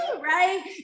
right